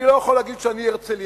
אני לא יכול להגיד שאני הרצליאני,